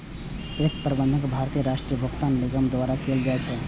एकर प्रबंधन भारतीय राष्ट्रीय भुगतान निगम द्वारा कैल जाइ छै